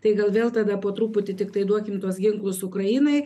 tai gal vėl tada po truputį tiktai duokim tuos ginklus ukrainai